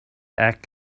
act